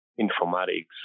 informatics